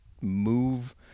move